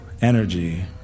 energy